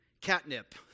catnip